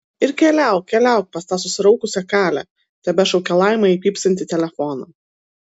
ir keliauk keliauk pas tą susiraukusią kalę tebešaukė laima į pypsintį telefoną